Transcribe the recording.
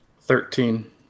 Thirteen